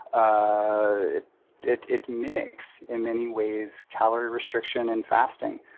ah it it mimics in many ways calorie restriction and fasting,